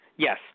Yes